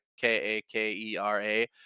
k-a-k-e-r-a